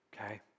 Okay